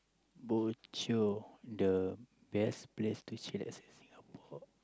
bo jio the best place to chillax at Singapore